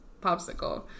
popsicle